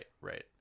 Right